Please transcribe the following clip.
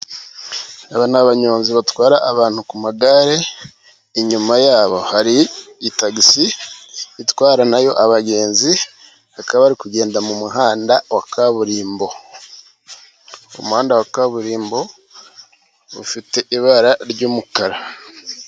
Aba ni abanyonzi batwara abantu ku magare, inyuma yabo hari itagisi itwara na yo abagenzi bakaba bari kugenda mu muhanda wa kaburimbo , umuhanda wa kaburimbo ufite ibara ry'umukara.